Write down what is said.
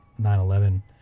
9-11